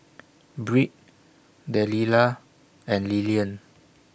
Britt Delila and Lilian